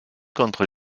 contre